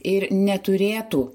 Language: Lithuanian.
ir neturėtų